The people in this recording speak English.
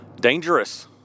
Dangerous